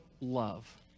love